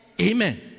Amen